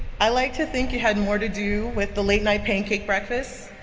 i like to think it had more to do with the late night pancake breakfasts,